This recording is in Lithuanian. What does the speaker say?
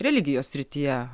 religijos srityje